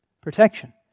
protection